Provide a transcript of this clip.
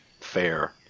fair